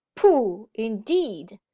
pooh! indeed!